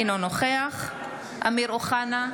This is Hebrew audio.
אינו נוכח אמיר אוחנה,